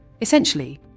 Essentially